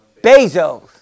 Bezos